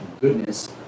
goodness